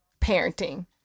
parenting